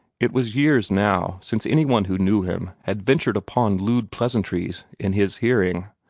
it was years now since any one who knew him had ventured upon lewd pleasantries in his hearing.